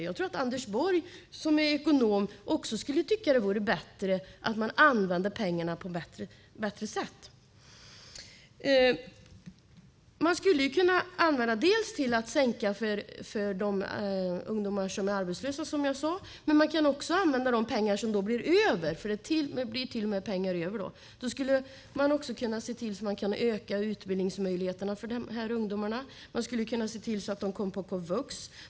Jag trodde att Anders Borg, som är ekonom, också skulle tycka att det vore bättre att använda pengarna på ett bättre sätt. Man skulle kunna använda dem till att sänka trösklarna för de ungdomar som är arbetslösa. Men man kan använda de pengar som blir över - det blir till och med pengar över - till att öka utbildningsmöjligheterna för de här ungdomarna. Man skulle kunna se till att de kom in på komvux.